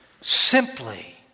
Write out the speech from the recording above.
Simply